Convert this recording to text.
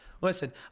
Listen